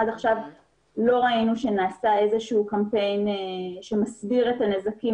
עד עכשיו לא ראינו שנעשה קמפיין שמסביר את הנזקים